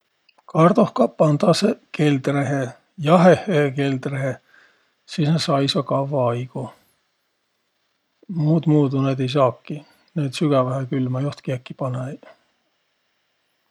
Kardohkaq pandasõq keldrehe, jahehehe keldrehe, sis nä saisvaq kavva aigo. Muudmuudu näid ei saakiq. Näid sügävähekülmä joht kiäki panõ-õiq.